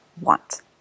want